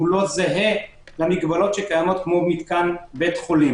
לא זהה למגבלות שקיימות כמו מתקן בית חולים?